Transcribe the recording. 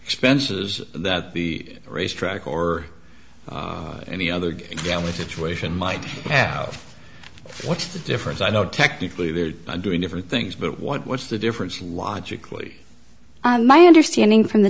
expenses that the racetrack or any other game the only situation might have what's the difference i know technically they're doing different things but what's the difference logically my understanding from the